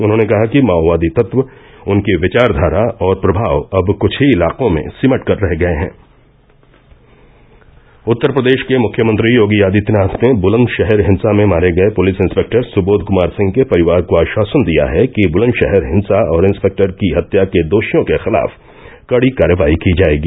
उन्होने कहा कि माओवादी तत्व उनकी विचारधारा और प्रभाव अब कुछ ही इलाकों में सिमट कर रह गए हें उत्तर प्रदेश के मुख्यमंत्री योगी आदित्यनाथ ने बुलंदशहर हिंसा में मारे गए पुलिस इंस्पेक्टर सुबोध कुमार सिंह के परिवार को आश्वासन दिया है कि बुलंदशहर हिंसा और इंस्पेक्टर की हत्या के दोषियों के खिलाफ कड़ी कार्रवाई की जायेगी